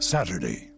Saturday